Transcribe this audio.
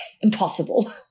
Impossible